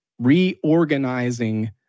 reorganizing